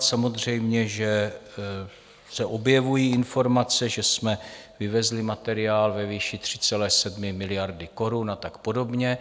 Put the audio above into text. Samozřejmě že se objevují informace, že jsme vyvezli materiál ve výši 3,7 miliard korun a tak podobně.